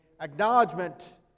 acknowledgement